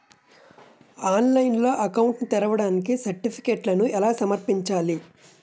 ఆన్లైన్లో అకౌంట్ ని తెరవడానికి సర్టిఫికెట్లను ఎలా సమర్పించాలి?